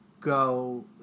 go